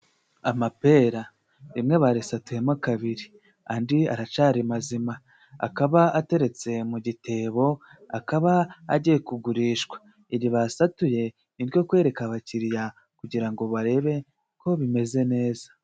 Amapera rimwe barisatuyemo kabiri, andi aracari mazima akaba ateretse mu gitebo, akaba agiye kugurishwa. Iri basatuye ni nko kwereka abakiriya kugira ngo barebe ko bimeze neza.